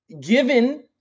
given